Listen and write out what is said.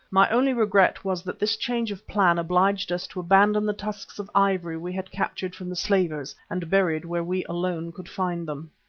my only regret was that this change of plan obliged us to abandon the tusks of ivory we had captured from the slavers and buried where we alone could find them.